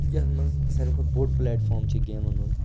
یَتھ منٛز سارِوٕے کھۄتہٕ بوٚڈ پُلیٹ فارم چھِ گیمَن ہُنٛد